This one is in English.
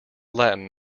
latin